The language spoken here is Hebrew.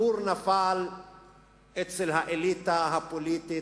הפור נפל אצל האליטה הפוליטית,